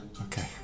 Okay